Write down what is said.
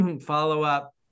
follow-up